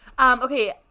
Okay